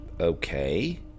okay